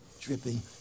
dripping